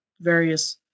various